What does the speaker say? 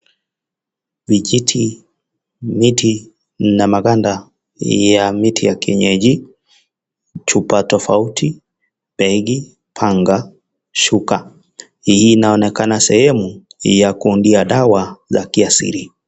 Vijiti, miti, na maganda ya miti ya kienyeji, chupa tofauti, begi, panga, shuka, hii inaonekana sehemu ya kuundia dawa za kiasili.